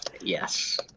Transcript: yes